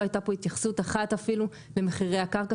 לא הייתה פה התייחסות אחת אפילו למחירי הקרקע,